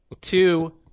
two